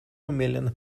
mammalian